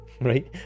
Right